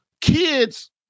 kids